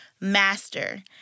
master